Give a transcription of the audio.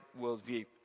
worldview